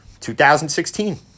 2016